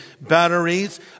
batteries